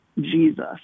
Jesus